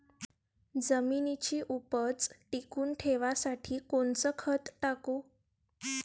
जमिनीची उपज टिकून ठेवासाठी कोनचं खत टाकू?